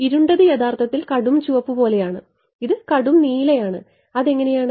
ഇരുണ്ടത് യഥാർത്ഥത്തിൽ കടും ചുവപ്പ് പോലെയാണ് ഇത് കടും നീലയാണ് അത് എങ്ങനെയാണ്